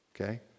okay